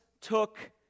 took